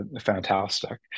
fantastic